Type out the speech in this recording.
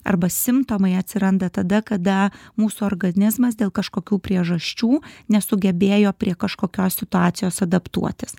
arba simptomai atsiranda tada kada mūsų organizmas dėl kažkokių priežasčių nesugebėjo prie kažkokios situacijos adaptuotis